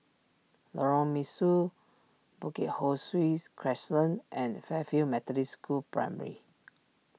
Lorong Mesu Bukit Ho Swee's Crescent and Fairfield Methodist School Primary